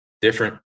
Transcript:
different